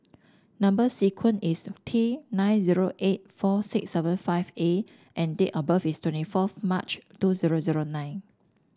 number sequence is T nine zero eight four six seven five A and date of birth is twenty fourth March two zero zero nine